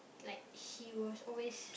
like he was always